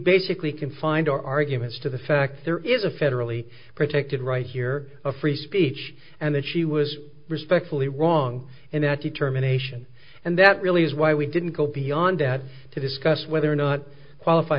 basically confined our arguments to the fact there is a federally protected right here of free speech and that she was respectfully wrong and that determination and that really is why we didn't go beyond that to discuss whether or not qualif